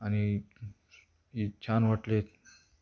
आणि ही छान वाटली